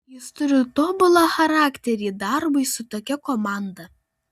jis turi tobulą charakterį darbui su tokia komanda